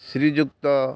ଶ୍ରୀଯୁକ୍ତ